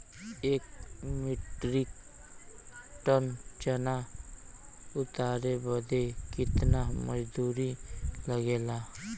एक metric ton चना उतारे बदे कितना मजदूरी लगे ला?